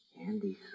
Andy